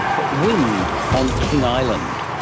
but wind on king island.